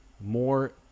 more